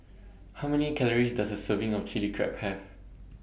How Many Calories Does A Serving of Chilli Crab Have